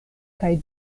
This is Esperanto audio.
kaj